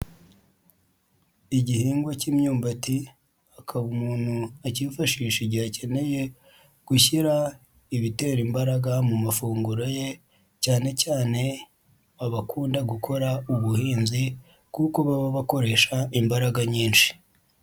Igihingwa cy'imyumbati, akaba umuntu akiyifashisha igihe akeneye gushyira ibitera imbaraga mu mafunguro ye, cyane cyane abakunda gukora ubuhinzi, kuko baba bakoresha imbaraga nyinshi.